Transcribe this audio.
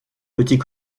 petits